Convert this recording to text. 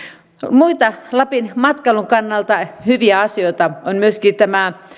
muita lapin matkailun kannalta hyviä asioita on myöskin tämä